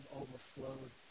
overflowed